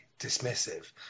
dismissive